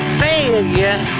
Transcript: failure